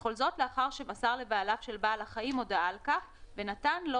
וכל זאת לאחר שמסר לבעליו של בעל החיים הודעה על כך ונתן לו